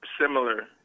similar